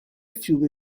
fiume